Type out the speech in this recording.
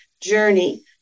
journey